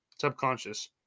subconscious